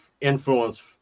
influence